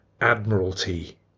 admiralty